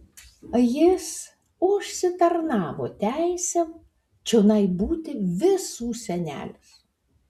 jis užsitarnavo teisę čionai būti visų senelis